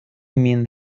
min